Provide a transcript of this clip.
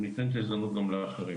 ואתן את ההזדמנות גם לאחרים.